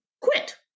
quit